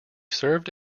served